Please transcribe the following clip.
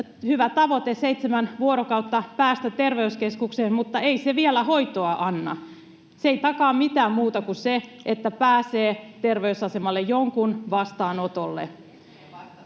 hyvä tavoite — seitsemän vuorokautta aikaa päästä terveyskeskukseen — mutta joka ei vielä anna hoitoa. Se ei takaa mitään muuta kuin sen, että pääsee terveysasemalle jonkun vastaanotolle.